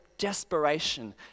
desperation